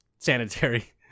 sanitary